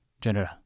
General